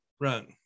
Right